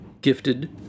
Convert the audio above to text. gifted